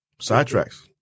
sidetracks